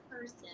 person